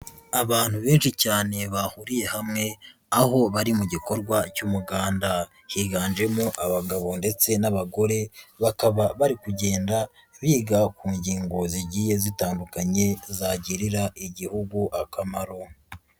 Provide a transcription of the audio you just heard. Abantu benshi cyane bahuriye hamwe, aho bari mu gikorwa cy'umuganda, higanjemo abagabo ndetse n'abagore, bakaba bari kugenda biga ku ngingo zigiye zitandukanye zagirira Igihugu akamaro.